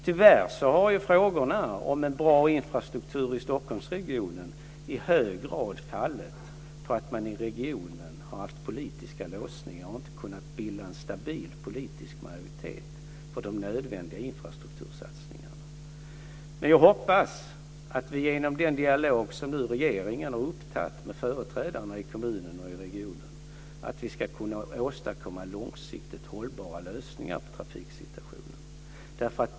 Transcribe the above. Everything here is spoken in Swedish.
Tyvärr har frågorna om en bra infrastruktur i Stockholmsregionen i hög grad fallit på att man i regionen har haft politiska låsningar och inte kunnat bilda en stabil politisk majoritet för de nödvändiga satsningarna på infrastruktur. Jag hoppas att vi genom den dialog som nu regeringen har tagit upp med företrädare för kommunen och regionen ska kunna åstadkomma långsiktigt hållbara lösningar på trafiksituationen.